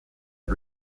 and